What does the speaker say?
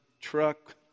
truck